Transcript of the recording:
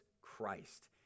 christ